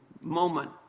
moment